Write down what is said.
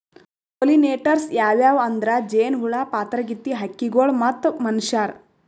pollinators ಯಾವ್ಯಾವ್ ಅಂದ್ರ ಜೇನಹುಳ, ಪಾತರಗಿತ್ತಿ, ಹಕ್ಕಿಗೊಳ್ ಮತ್ತ್ ಮನಶ್ಯಾರ್